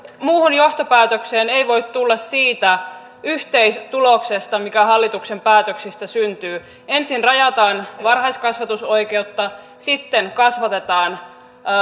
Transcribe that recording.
muuhun johtopäätökseen ei voi tulla siitä yhteistuloksesta mikä hallituksen päätöksistä syntyy ensin rajataan varhaiskasvatusoikeutta sitten kasvatetaan